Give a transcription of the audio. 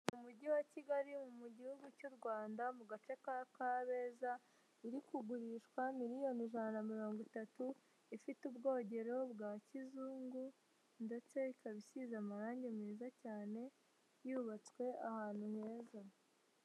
Mu umujyi wa Kigali mu gihugu cy'u Rwanda mu gace ka Kabeza iri kugurishwa miliyoni ijana na mirongo itatu, ifite ubwogero bwa kizungu ndetse ikaba isize amarange meza cyane yubatswe ahantu heza.